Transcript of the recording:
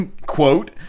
quote